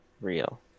real